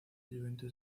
juventus